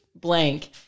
blank